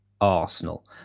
Arsenal